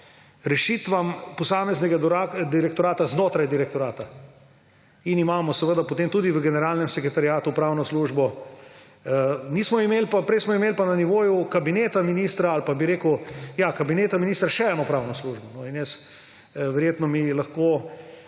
rešitvam posameznega direktorata znotraj direktorata in imamo seveda potem tudi v generalnem sekretariatu pravno službo. Prej smo imeli pa na nivoju kabineta ministra še eno pravno službo. In verjetno mi lahko